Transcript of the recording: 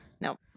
No